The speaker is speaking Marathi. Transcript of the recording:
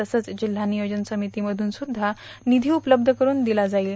तसंच जिल्हा नियोजन समितीमधूनसुध्दा निषी उपलब्ध करून दिला जाईल